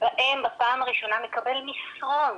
בהן בפעם הראשונה הוא מקבל מסרון